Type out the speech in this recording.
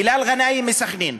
הלאל גנאים מסח'נין,